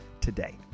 today